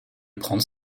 prendre